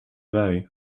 wei